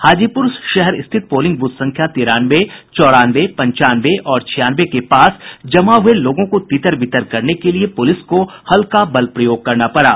हाजीपुर शहर स्थित polling booth संख्या तिरानवे चौरानवे पंचानवे और छियानवे के पास जमा हुए लोगों को तितर बितर करने के लिये पूलिस को हल्का बल प्रयोग करना पड़ा